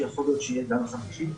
ויכול להיות שיהיה גל חמישי.